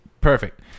Perfect